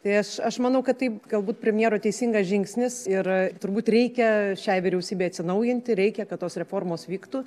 tai aš aš manau kad tai galbūt premjero teisingas žingsnis ir turbūt reikia šiai vyriausybei atsinaujinti reikia kad tos reformos vyktų